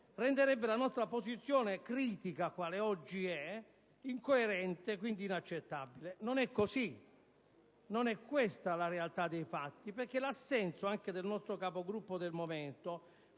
renderebbe la nostra posizione critica quale oggi è, incoerente e quindi inaccettabile. Non è così, non è questa la realtà dei fatti. L'assenso del nostro Capogruppo del momento